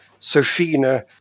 Sophina